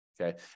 Okay